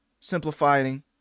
simplifying